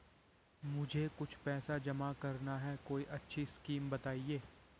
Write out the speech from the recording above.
मुझे कुछ पैसा जमा करना है कोई अच्छी स्कीम बताइये?